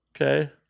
okay